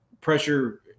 pressure